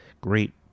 great